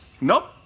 Nope